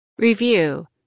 Review